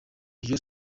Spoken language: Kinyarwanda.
iyo